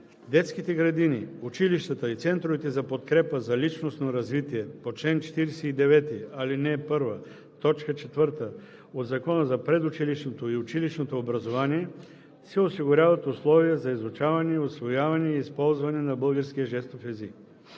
детските градини, училищата и центровете за подкрепа за личностно развитие по чл. 49, ал. 1, т. 4 от Закона за предучилищното и училищното образование се осигуряват условия за изучаване, усвояване и използване на българския жестов език.“